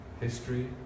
history